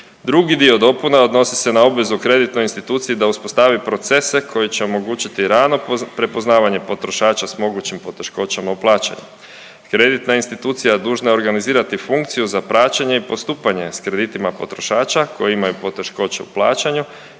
Drugi dio dopune odnosi se na obvezu kreditnoj instituciji da uspostavi procese koji će omogućiti rano prepoznavanje potrošača sa mogućim poteškoćama u plaćanju. Kreditna institucija dužna je organizirati funkciju za praćenje i postupanje sa kreditima potrošačima koji imaju poteškoće u plaćanju